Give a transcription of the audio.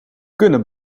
kunnen